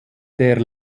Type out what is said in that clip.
der